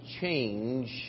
change